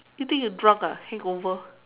you think you drunk ah hangover